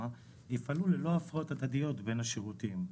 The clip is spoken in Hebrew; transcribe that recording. יפעלו ללא הפרעות הדדיות בין השירותים.